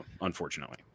Unfortunately